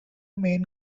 main